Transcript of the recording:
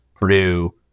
Purdue